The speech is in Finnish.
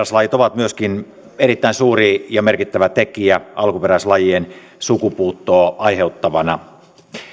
alentumista vieraslajit ovat myöskin erittäin suuri ja merkittävä tekijä alkuperäislajien sukupuuttoa aiheuttavana tekijänä